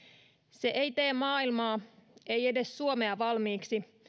se ei tee maailmaa ei edes suomea valmiiksi